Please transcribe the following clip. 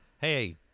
hey